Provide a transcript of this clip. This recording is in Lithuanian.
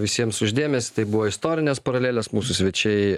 visiems už dėmesį tai buvo istorinės paralelės mūsų svečiai